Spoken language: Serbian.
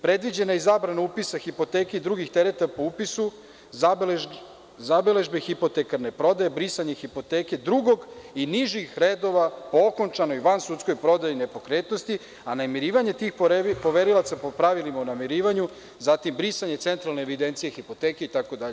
Predviđena je i zabrana upisa hipoteke drugih i tereta po upisu zabeležbe hipotekarne prodaje, brisanje hipoteke drugog i nižih redova o okončanoj vansudskoj prodaji nepokretnosti, a namirivanje tih poverilaca po pravilima o namirivanju, zatim brisanje centralne evidencije hipoteke itd.